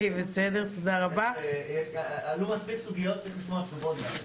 עלו מספיק סוגיות, צריך לשמוע תשובות גם.